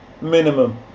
minimum